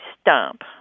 stump